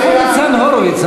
איפה ניצן הורוביץ,